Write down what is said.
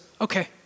okay